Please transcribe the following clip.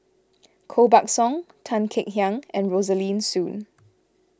Koh Buck Song Tan Kek Hiang and Rosaline Soon